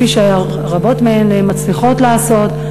כפי שרבות מהן מצליחות לעשות.